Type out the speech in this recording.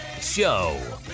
show